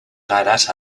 caerás